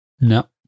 No